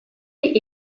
die